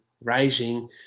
rising